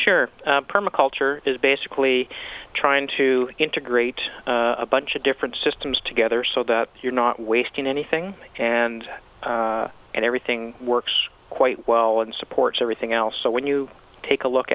sure permaculture is basically trying to integrate a bunch of different systems together so that you're not wasting anything and everything works quite well and supports everything else so when you take a look